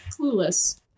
Clueless